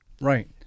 Right